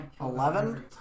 Eleven